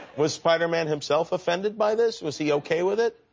was spiderman himself offended by this? was he okay with it?